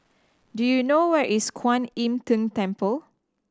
do you know where is Kuan Im Tng Temple